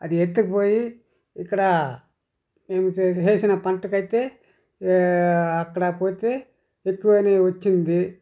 అది ఎత్తుకుపోయి ఇక్కడా మేము చేసి ఏసిన పంటకి అయితే అక్కడా పోతే ఎక్కువనే వచ్చింది